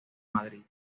madrid